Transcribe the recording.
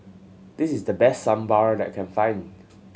this is the best Sambar that I can find